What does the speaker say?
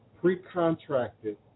pre-contracted